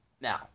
Now